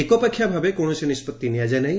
ଏକପାକ୍ଷିଆ ଭାବେ କୌଣସି ନିଷ୍ବର୍ତି ନିଆଯାଇନାହି